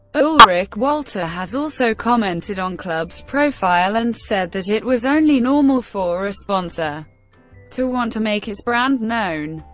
ulrich wolter has also commented on club's profile and said that it was only normal for a sponsor to want to make its brand known.